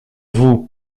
vous